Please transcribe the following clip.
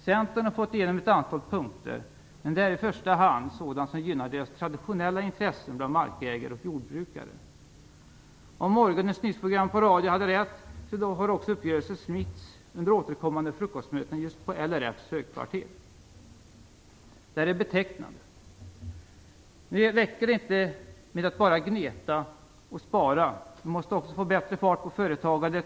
Centern har fått igenom ett antal punkter, men det är i första hand sådant som gynnar deras traditionella intressen bland markägare och jordbrukare. Om morgonens nyhetsprogram i radio hade rätt har också uppgörelsen smitts under återkommande frukostmöten på just LRF:s högkvarter. Det är betecknande. Men det räcker nu inte med att bara gneta och spara. Vi måste också få bättre fart på företagandet.